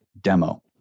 demo